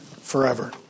forever